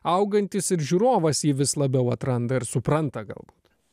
augantis ir žiūrovas jį vis labiau atranda ir supranta galbūt